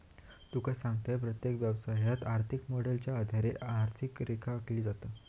तुका सांगतंय, प्रत्येक व्यवसायात, आर्थिक मॉडेलच्या आधारे आर्थिक रेषा आखली जाता